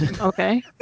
okay